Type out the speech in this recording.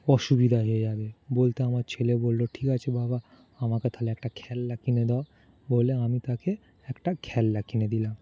অসুবিধা হয়ে যাবে বলতে আমার ছেলে বললো ঠিক আছে বাবা আমাকে তালে একটা খেলনা কিনে দাও বলে আমি তাকে একটা খেলনা কিনে দিলাম